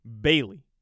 Bailey